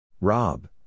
Rob